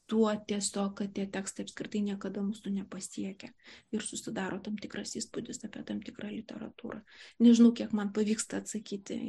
tuo tiesiog kad tie tekstai apskritai niekada mūsų nepasiekia ir susidaro tam tikras įspūdis apie tam tikrą literatūrą nežinau kiek man pavyksta atsakyti